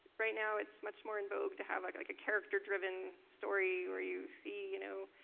right now, it's much more in vogue to have like like a character driven story where you see you know,